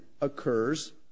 occurs